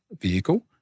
vehicle